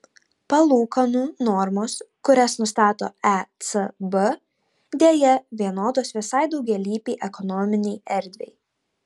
palūkanų normos kurias nustato ecb deja vienodos visai daugialypei ekonominei erdvei